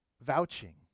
Vouching